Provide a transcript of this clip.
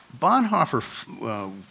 Bonhoeffer